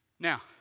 Now